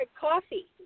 coffee